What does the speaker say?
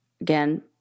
Again